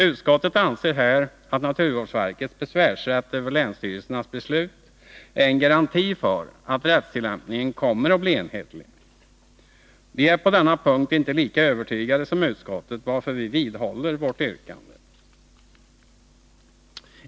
Utskottet anser att naturvårdsverkets besvärsrätt när det gäller länsstyrelsernas beslut är en garanti för att rättstillämpningen kommer att bli enhetlig. Vi är på denna punkt inte lika övertygade som utskottet, varför vi vidhåller vårt yrkande.